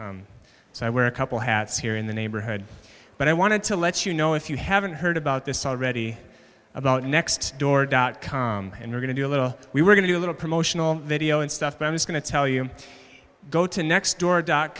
so i wear a couple hats here in the neighborhood but i wanted to let you know if you haven't heard about this already about next door dot com and we're going to do a little we were going to do a little promotional video and stuff but i was going to tell you go to next door dot